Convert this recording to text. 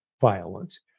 violence